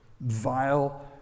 vile